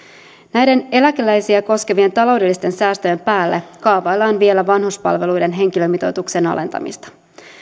näiden eläkeläisiä koskevien taloudellisten säästöjen päälle kaavaillaan vielä vanhuspalveluiden henkilömitoituksen alentamista